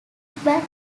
bad